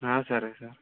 సరే సార్